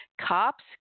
cops